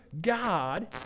God